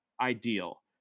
ideal